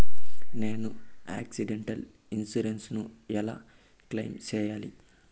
నేను accidental insurance ను ఎలా క్లెయిమ్ సేయాలి?